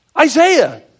Isaiah